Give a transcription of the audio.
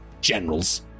generals